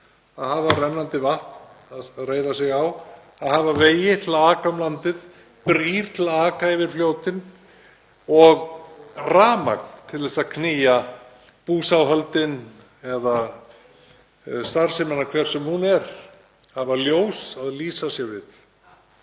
að hafa rennandi vatn að reiða sig á, vegi til að aka um landið, brýr til að aka yfir fljótin og rafmagn til að knýja búsáhöldin eða starfsemina, hver sem hún er, hafa ljós að lýsa sig við.